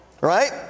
Right